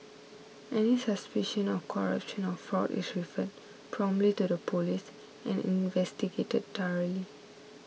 any suspicion of corruption or fraud is referred promptly to the Police and investigated thoroughly